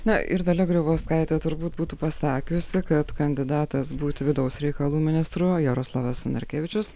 na ir dalia grybauskaitė turbūt būtų pasakiusi kad kandidatas būti vidaus reikalų ministru jaroslavas narkevičius